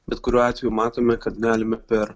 bet kuriuo atveju matome kad galime per